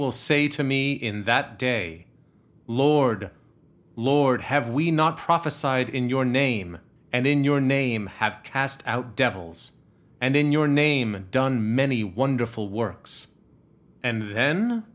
will say to me in that day lord lord have we not prophesied in your name and in your name have cast out devils and in your name and done many wonderful works and then